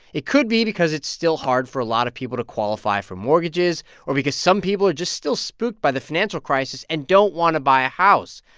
it could be because it's still hard for a lot of people to qualify for mortgages or because some people are just still spooked by the financial crisis and don't want to buy a house,